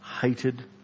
hated